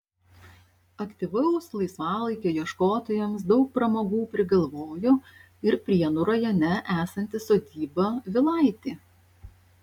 aktyvaus laisvalaikio ieškotojams daug pramogų prigalvojo ir prienų rajone esanti sodyba vilaitė